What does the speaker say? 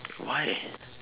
why